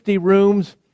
rooms